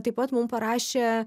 taip pat mum parašė